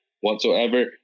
whatsoever